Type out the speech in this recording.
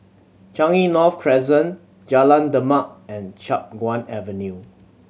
Changi North Crescent Jalan Demak and Chiap Guan Avenue